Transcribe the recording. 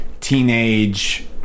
teenage